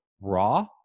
raw